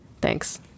Thanks